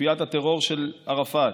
לכנופיית הטרור של ערפאת,